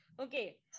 Okay